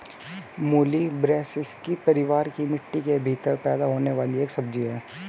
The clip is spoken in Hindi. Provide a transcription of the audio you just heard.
मूली ब्रैसिसेकी परिवार की मिट्टी के भीतर पैदा होने वाली एक सब्जी है